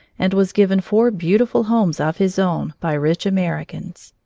and was given four beautiful homes of his own by rich americans.